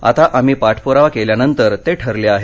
आता आम्ही पाठप्रावा केल्यानंतर ते ठरले आहेत